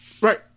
Right